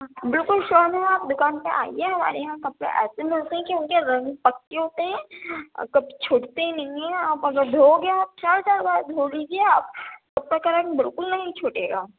بالکل شوئر ہوں میم آپ دُکان پہ آئیے ہمارے یہاں کپڑے ایسے ملتے ہیں کہ اُن کے رنگ پکے ہوتے ہیں اور کبھی چھٹتے نہیں ہیں آپ اگر دھوؤ گے آپ چار چار باردھو لیجیے آپ کپڑے کا رنگ بالکل نہیں چُھوٹے گا